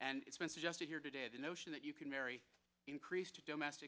and it's been suggested here today the notion that you can marry increase domestic